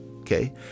Okay